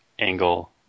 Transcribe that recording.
angle